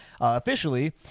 officially